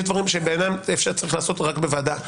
יש דברים שאפשר לעשות רק בוועדה חסויה.